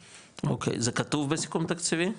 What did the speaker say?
אוקי, זה כתוב בסיכום תקציבי?